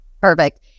Perfect